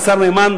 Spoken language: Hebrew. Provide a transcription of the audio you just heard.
השר נאמן,